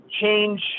change